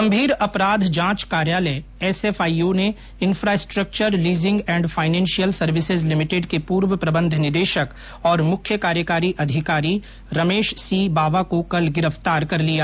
गंभीर अपराध जांच कार्यालय एस एफ आई ओ ने infrastructure leasing and financial services limited के पूर्व प्रबंध निदेशक और मुख्य कार्यकारी अधिकारी रमेश सी बावा को कल गिरफ्तार कर लिया